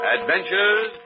Adventures